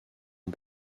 ont